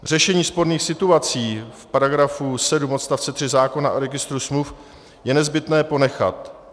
Řešení sporných situací v § 7 odst. 3 zákona o registru smluv je nezbytné ponechat.